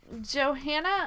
Johanna